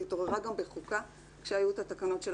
היא התעוררה גם בחוקה כשהיו את התקנות של